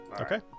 Okay